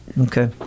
Okay